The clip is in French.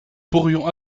pourrions